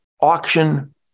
auction